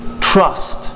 trust